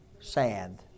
sad